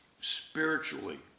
spiritually